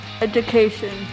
education